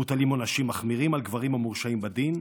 ומוטלים עונשים מחמירים על גברים המורשעים בדין.